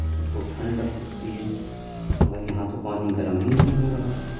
ان کو ٹھنڈ لگ سکتی ہے مگر یہاں تو پانی گرم ہی نہیں ہو رہا تھا